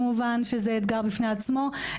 שזה אתגר בפני עצמו.